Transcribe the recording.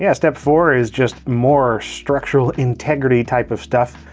yeah step four is just more structural integrity type of stuff,